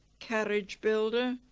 carriage builder.